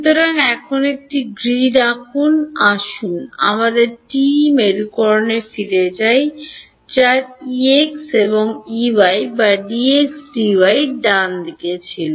সুতরাং এখন একটি গ্রিড আঁকুন আসুন আমাদের TE মেরুকরণে ফিরে যাই যার Ex Ey বা Dx Dy ডান ছিল